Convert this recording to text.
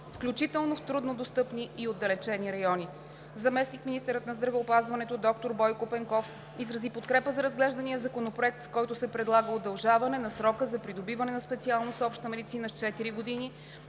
включително в труднодостъпни и отдалечени райони. Заместник-министърът на здравеопазването доктор Бойко Пенков изрази подкрепа за разглеждания законопроект, с който се предлага удължаване на срока за придобиване на специалност „Обща медицина“ с четири години,